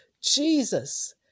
Jesus